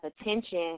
attention